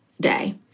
day